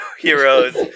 heroes